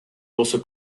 also